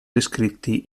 descritti